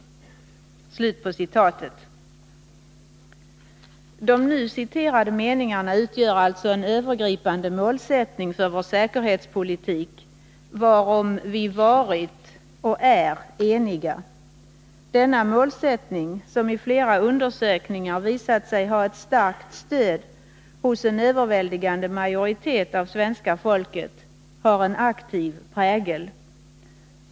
De nu citerade meningarna utgör alltså en övergripande målsättning för vår säkerhetspolitik varom vi varit och är eniga. Denna målsättning, som i flera undersökningar visat sig ha ett starkt stöd hos en överväldigande majoritet av svenska folket, har en aktiv prägel.